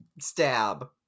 stab